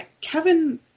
Kevin